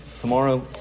Tomorrow